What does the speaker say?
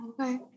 Okay